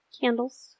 Candles